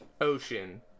Ocean